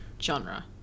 genre